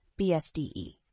BSDE